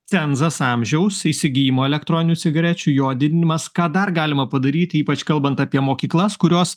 cenzas amžiaus įsigijimo elektroninių cigarečių jo didinimas ką dar galima padaryti ypač kalbant apie mokyklas kurios